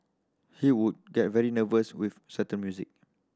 he would get very nervous with certain music